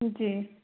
जी